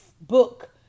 book